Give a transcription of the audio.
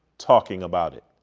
talking about it.